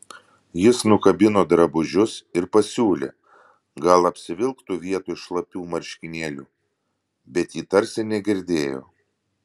jis nukabino drabužius ir pasiūlė gal apsivilktų vietoj šlapių marškinėlių bet ji tarsi negirdėjo